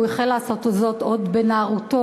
הוא החל לעשות זאת עוד בנערותו,